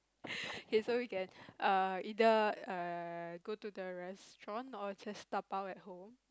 okay so we can err either err go to the restaurant or just dabao at home